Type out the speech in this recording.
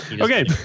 Okay